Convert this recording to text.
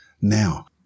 now